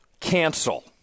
cancel